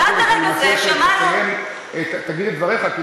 עד לרגע זה שמענו, סגן השר אקוניס, אני